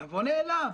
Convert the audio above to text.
--- נעלב,